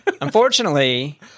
Unfortunately